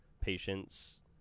patients